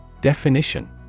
Definition